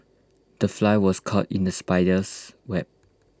the fly was caught in the spider's web